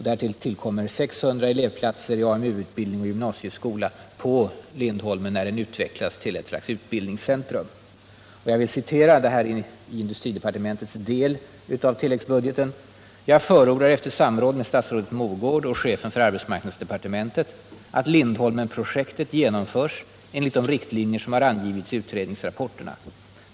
Därtill kommer 600 elevplatser i AMU-utbildning och gymnasieskolan, förlagda till Lindholmen när det har utvecklats till ett slags utbildningscentrum. Jag vill citera ett avsnitt ur industridepartementets del av tilläggsbudgeten: 67 ”Jag förordar efter samråd med statsrådet Mogård och chefen för arbetsmarknadsdepartementet att Lindholmenprojektet genomförs enligt de riktlinjer som har angivits i utredningsrapporterna.